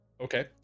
Okay